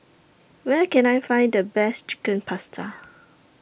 Where Can I Find The Best Chicken Pasta